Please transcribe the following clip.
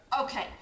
Okay